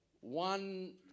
one